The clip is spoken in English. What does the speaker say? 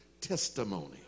testimony